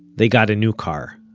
they got a new car.